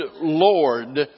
Lord